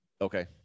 Okay